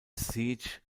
siege